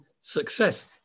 success